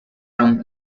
from